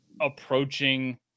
approaching